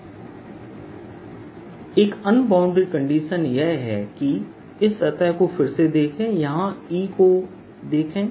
Dfree D dVfree dV DdSfree dV ऊंचाई× क्षेत्रफल×D2n12 D1n12free× क्षेत्रफल×ऊंचाई D2n12 D1n12free एक अन्य बाउंड्री कंडीशन यह है कि इस सतह को फिर से देखें यहां E को देखें